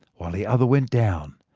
while the other went down,